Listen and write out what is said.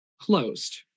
closed